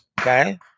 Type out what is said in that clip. okay